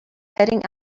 heading